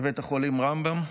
בבית החולים רמב"ם.